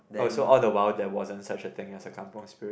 oh so all the while there wasn't such a thing as a Kampung spirit